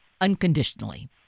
unconditionally